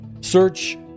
Search